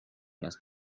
last